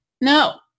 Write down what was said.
No